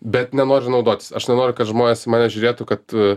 bet nenoriu naudotis aš nenoriu kad žmonės į mane žiūrėtų kad